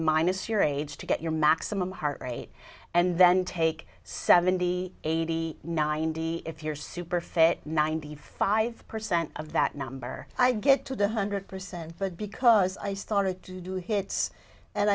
minus your age to get your maximum heart rate and then take seventy eighty ninety if you're super fit ninety five percent of that number i get to the hundred percent but because i started to do hits and